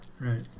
right